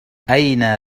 أين